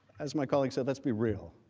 as my colleague said, let's be real.